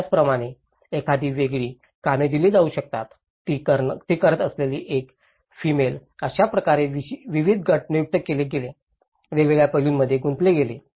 त्याचप्रमाणे एखादी वेगळी कामे दिली जाऊ शकतात ती करत असलेली एक फेमेल अशा प्रकारे विविध गट नियुक्त केले गेले वेगवेगळ्या पैलूंमध्ये गुंतले गेले